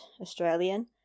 Australian